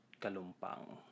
Kalumpang